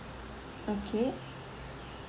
okay